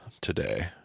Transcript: today